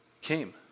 came